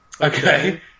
Okay